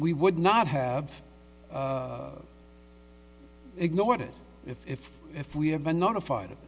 we would not have ignored it if if if we had been notified